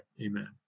Amen